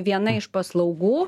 viena iš paslaugų